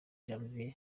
janvier